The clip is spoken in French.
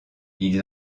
ils